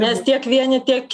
nes tiek vieni tiek